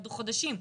יעבדו חודשים.